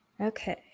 Okay